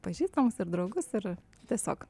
pažįstamus ir draugus ar tiesiog